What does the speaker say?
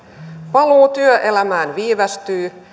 paluu työelämään viivästyy